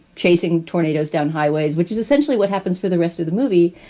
chasing tornadoes down highways, which is essentially what happens for the rest of the movie.